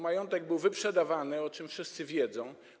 Majątek był wyprzedawany, o czym wszyscy wiedzą.